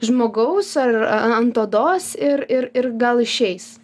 žmogaus ar ant odos ir ir gal išeis